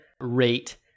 rate